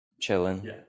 chilling